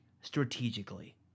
strategically